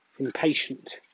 impatient